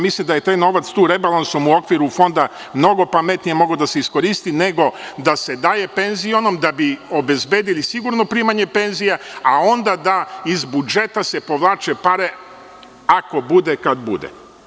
Mislim da je taj novac tu rebalansom u okviru Fonda mnogo pametnije mogao da se iskoristi nego da se daje penzionom da bi obezbedili sigurno primanje penzije, a onda da se iz budžeta povlače pare ako bude i kad bude.